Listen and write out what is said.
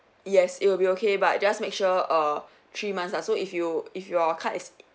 yes it will be okay but just make sure err three months ah so if you if your card is